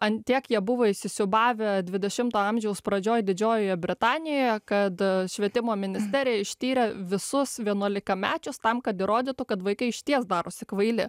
ant tiek jie buvo įsisiūbavę dvidešimto amžiaus pradžioj didžiojoje britanijoje kad švietimo ministerija ištyrė visus vienuolikamečius tam kad įrodytų kad vaikai išties darosi kvaili